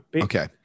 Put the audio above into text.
Okay